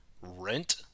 rent